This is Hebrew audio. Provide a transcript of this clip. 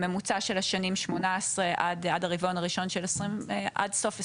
בממוצע של השנים 2018 עד סוף 2022,